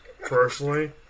personally